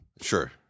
Sure